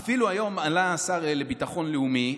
אפילו היום עלה השר לביטחון לאומי,